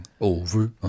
Over